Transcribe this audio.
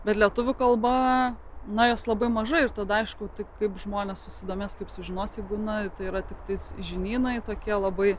bet lietuvių kalba na jos labai maža ir tada aišku tai kaip žmonės susidomės kaip sužinosi būnatai yra tiktais žinynai tokie labai